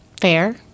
fair